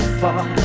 far